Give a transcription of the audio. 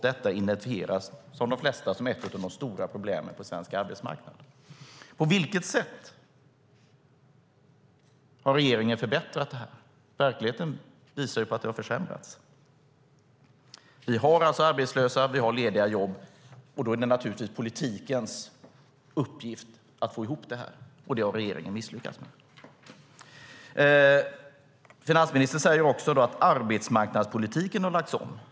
Detta identifieras av de flesta som ett av de stora problemen på svensk arbetsmarknad. På vilket sätt har regeringen förbättrat det här? Verkligheten visar ju på att det har försämrats. Vi har arbetslösa. Vi har lediga jobb. Då är det naturligtvis politikens uppgift att få ihop det här. Det har regeringen misslyckats med. Finansministern säger också i sitt svar att arbetsmarknadspolitiken har lagts om.